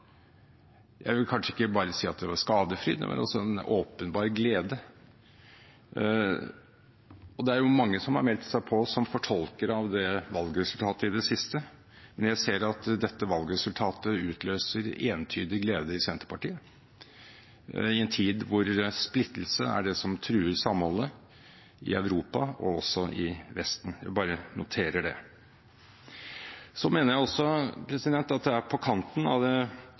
jeg vil kanskje ikke bare si at det var skadefryd, men også en åpenbar glede. Det er jo mange som i det siste har meldt seg på som fortolkere av det valgresultatet, men jeg ser at dette valgresultatet utløser entydig glede i Senterpartiet, i en tid da splittelse er det som truer samholdet i Europa og også i Vesten. Jeg bare noterer det. Jeg mener også det er på kanten av det